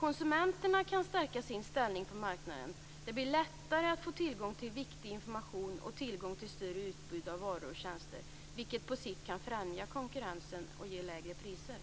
Konsumenterna kan stärka sin ställning på marknaden. Det blir lättare att få tillgång till viktig information och tillgång till ett större utbud av varor och tjänster, vilket på sikt kan främja konkurrensen och ge lägre priser.